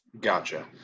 Gotcha